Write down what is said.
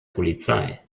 polizei